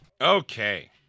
Okay